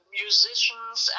musicians